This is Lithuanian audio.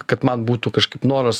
kad man būtų kažkaip noras